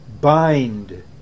bind